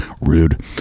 Rude